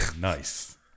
Nice